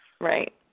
Right